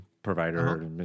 provider